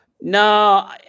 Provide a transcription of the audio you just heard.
No